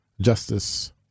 Justice